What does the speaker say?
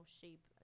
shape